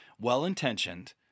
well-intentioned